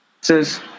says